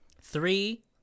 Three